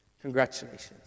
Congratulations